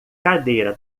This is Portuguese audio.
cadeira